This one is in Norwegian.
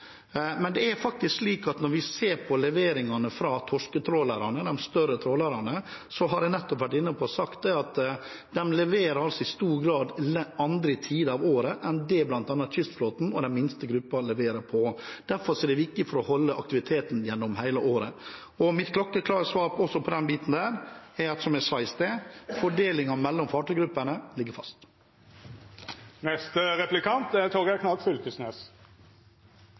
stor grad leverer til andre tider av året enn det bl.a. kystflåten og den minste gruppen gjør. Derfor er det viktig for å holde aktiviteten gjennom hele året. Mitt klokkeklare svar også på den biten er – som jeg sa i sted – at fordelingen mellom fartøygruppene ligger fast. Kan statsråden forklare Stortinget kva han opplever er